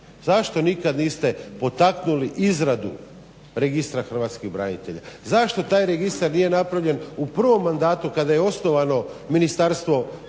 zašto nikad niste potaknuli izradu Registra hrvatskih branitelja? Zašto taj registar nije napravljen u prvom mandatu kada je osnovano Ministarstvo hrvatskih branitelja